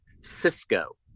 Cisco